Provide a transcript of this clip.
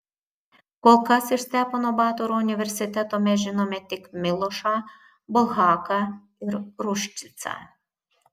kol kas iš stepono batoro universiteto mes žinome tik milošą bulhaką ir ruščicą